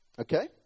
Okay